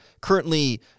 currently